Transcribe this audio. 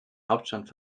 hauptstadt